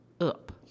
up